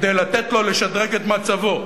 לתת לו כדי לשדרג את מצבו.